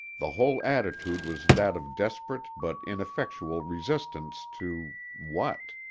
the whole attitude was that of desperate but ineffectual resistance to what?